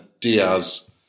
Diaz